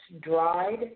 dried